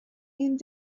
and